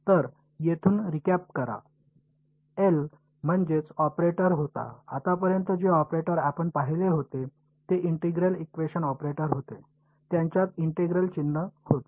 तर येथून रिकॅप करा एल म्हणजेच ऑपरेटर होता आतापर्यंत जे ऑपरेटर आपण पाहिले होते ते इंटिग्रल इक्वेशन ऑपरेटर होते त्यांच्यात इंटिग्रल चिन्ह होते